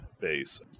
base